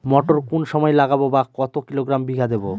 মটর কোন সময় লাগাবো বা কতো কিলোগ্রাম বিঘা দেবো?